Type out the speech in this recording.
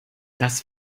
das